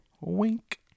Wink